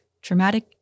Traumatic